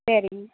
சரிங்க